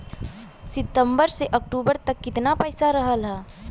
सितंबर से अक्टूबर तक कितना पैसा रहल ह?